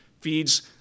feeds